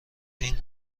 این